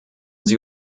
sie